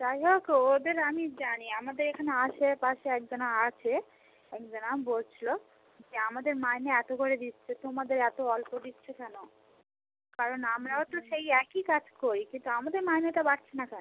যাইহোক ওদের আমি জানি আমাদের এখানে আশেপাশে একজনা আছে একজনা বলছিল যে আমাদের মাইনে এত করে দিচ্ছে তোমাদের এত অল্প দিচ্ছে কেন কারণ আমরাও তো সেই একই কাজ করি কিন্তু আমাদের মাইনেটা বাড়ছে না কেন